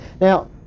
Now